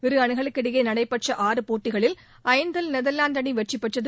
இரு அணிகளுக்கு இடையே நடைபெற்ற ஆறு போட்டிகளில் ஐந்தில் நெதர்வாந்து அணி வெற்றிபெற்றது